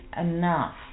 enough